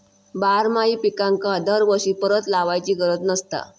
बारमाही पिकांका दरवर्षी परत लावायची गरज नसता